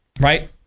right